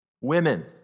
Women